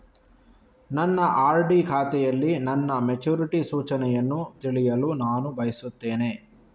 ನನ್ನ ಆರ್.ಡಿ ಖಾತೆಯಲ್ಲಿ ನನ್ನ ಮೆಚುರಿಟಿ ಸೂಚನೆಯನ್ನು ತಿಳಿಯಲು ನಾನು ಬಯಸ್ತೆನೆ